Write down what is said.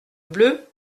bleue